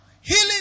Healing